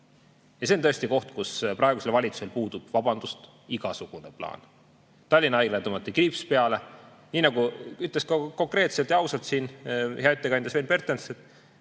Ja see on tõesti koht, kus praegusel valitsusel puudub – vabandust! – igasugune plaan. Tallinna Haiglale tõmmati kriips peale. Ja nii nagu ütles konkreetselt ja ausalt siin hea ettekandja Sven Pertens, ka